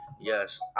yes